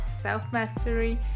self-mastery